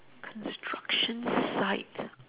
construction site